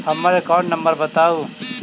हम्मर account number बताऊ?